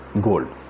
gold